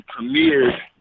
premiered